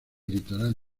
litoral